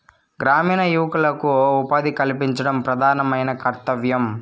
గ్రామీణ యువకులకు ఉపాధి కల్పించడం ప్రధానమైన కర్తవ్యం